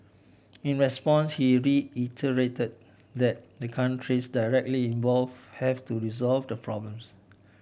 in response he reiterated that the countries directly involve have to resolve the problems